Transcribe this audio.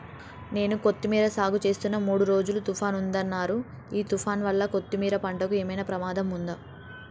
నేను కొత్తిమీర సాగుచేస్తున్న మూడు రోజులు తుఫాన్ ఉందన్నరు ఈ తుఫాన్ వల్ల కొత్తిమీర పంటకు ఏమైనా ప్రమాదం ఉందా?